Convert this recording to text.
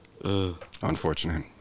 Unfortunate